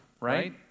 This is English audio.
right